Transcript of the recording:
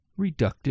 reductive